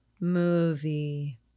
movie